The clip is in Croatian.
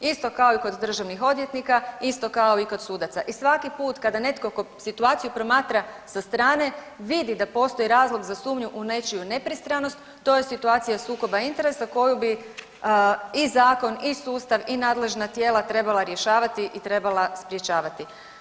Isto kao i kod državnih odvjetnika, isto kao i kod sudaca i svaki put kada netko situaciju promatra sa strane, vidi da postoji razlog za sumnju u nečiju nepristranost, to je situacija sukoba interesa koju bi i zakon i sustav i nadležna tijela trebala rješavati i trebala sprječavati.